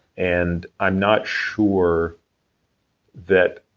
and i'm not sure that,